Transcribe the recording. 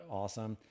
awesome